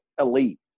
elite